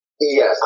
Yes